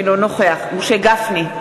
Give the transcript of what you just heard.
אינו נוכח משה גפני,